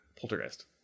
Poltergeist